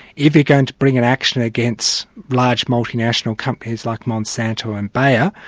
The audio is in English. if you're going to bring an action against large multinational companies like monsanto and bayer,